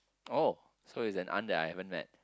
oh so it's an aunt that I haven't met